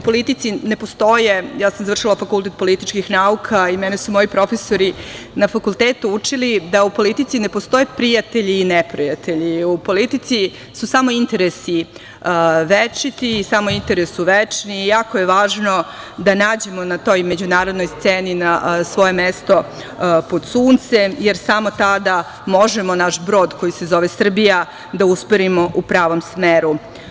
U politici ne postoje, ja sam završila Fakultet političkih nauka i mene su moji profesori na fakultetu učili da u politici ne postoje prijatelji i neprijatelji, nego su u politici samo interesi večiti i jako je važno da nađemo na toj međunarodnoj sceni, svoje mesto pod Suncem, jer samo tada možemo naš brod koji se zove Srbija da usmerimo u pravom smeru.